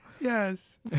Yes